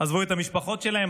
עזבו את המשפחות שלהם,